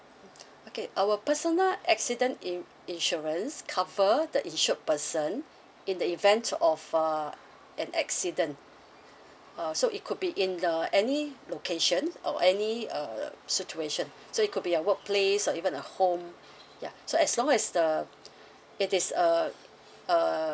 okay our personal accident in insurance cover the insured person in the event of uh an accident uh so it could be in the any location or any err situation so it could be a workplace or even a home ya so as long as the it is a a